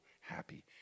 happy